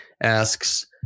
asks